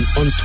on